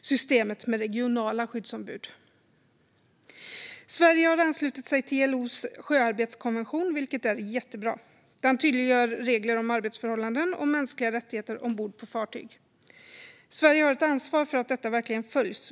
systemet med regionala skyddsombud. Sverige har anslutit sig till ILO:s sjöarbetskonvention, vilket är jättebra. Den tydliggör regler om arbetsförhållanden och mänskliga rättigheter ombord på fartyg. Sverige har ett ansvar för att detta verkligen följs.